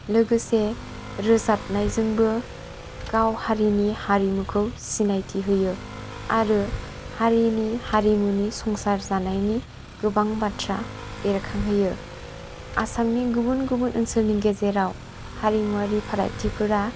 लोगोसे रोजाबनायजोंबो गाव हारिनि हारिमुखौबो सिनायथि होयो आरो हारिनि हारिमुनि संसार जानायनि गोबां बाथ्रा बेरखांहोयो आसामनि गुबुन गुबुन ओनसोलनि गेजेराव हारिमुवारि फारागथिफोरा